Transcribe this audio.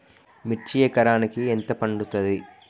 మిర్చి ఎకరానికి ఎంత పండుతది?